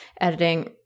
editing